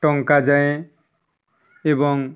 ଟଙ୍କା ଯାଏଁ ଏବଂ